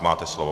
Máte slovo.